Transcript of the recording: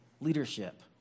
leadership